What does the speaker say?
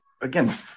again